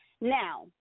Now